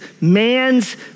man's